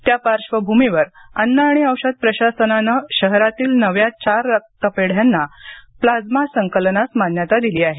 त्या पार्श्वभूमीवर अन्न औषध प्रशासनानं शहरातील चार नव्या रक्तपेढ्यांना प्लाझ्मा संकलनास मान्यता दिली आहे